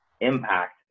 impact